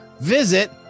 Visit